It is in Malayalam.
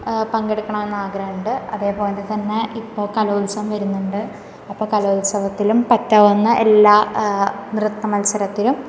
പങ്കെടുക്കണമെന്നാഗ്രഹമുണ്ട് അതേപോലെ തന്നെ ഇപ്പോൾ കലോത്സവം വരുന്നുണ്ട് അപ്പം കലോത്സവത്തിലും പറ്റാവുന്ന എല്ലാ നൃത്ത മത്സരത്തിലും